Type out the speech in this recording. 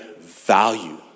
value